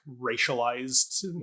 racialized